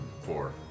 four